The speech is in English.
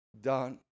done